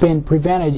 been prevented